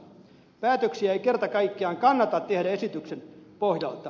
päätöksiä ei kerta kaikkiaan kannata tehdä esityksen pohjalta